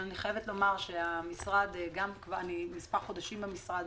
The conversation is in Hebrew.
אבל אני חייבת לומר שאני כמה חודשים במשרד,